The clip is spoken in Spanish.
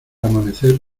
amanecer